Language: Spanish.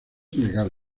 ilegal